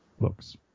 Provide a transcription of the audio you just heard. books